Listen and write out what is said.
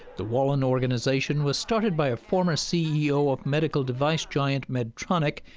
the wallin organization was started by a former ceo of medical device giant medtronic,